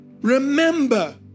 Remember